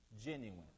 Genuine